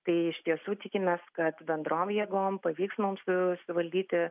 tai iš tiesų tikimės kad bendrom jėgom pavyks mums suvaldyti